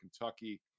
Kentucky